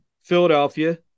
Philadelphia